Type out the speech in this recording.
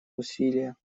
усилия